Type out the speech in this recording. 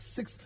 Six